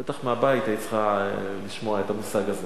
בטח בבית היית צריכה לשמוע את המושג הזה.